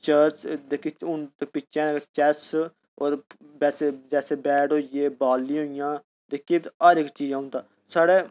जेह्की पिच्छै चेस जेसे बैट होई गे बाल होई गेइयां किट च हर इक चीज़ होंदा साढ़े